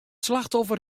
slachtoffer